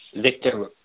Victor